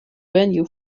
venue